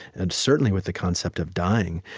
and certainly with the concept of dying,